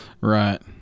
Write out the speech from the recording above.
Right